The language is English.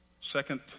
second